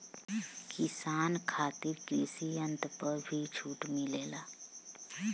किसान खातिर कृषि यंत्र पर भी छूट मिलेला?